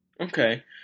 okay